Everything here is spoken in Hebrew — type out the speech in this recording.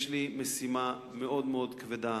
יש לי משימה מאוד מאוד כבדה.